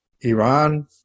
Iran